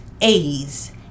A's